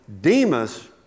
Demas